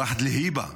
ואחד אל-היבא,